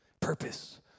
Purpose